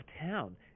town